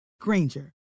Granger